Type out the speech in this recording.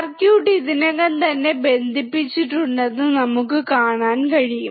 circuit ഇതിനകം തന്നെ ബന്ധിപ്പിച്ചുഉണ്ടെന്ന് നമുക്ക് കാണാൻ കഴിയും